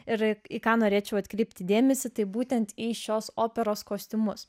ir į į ką norėčiau atkreipti dėmesį tai būtent į šios operos kostiumus